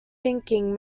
thinking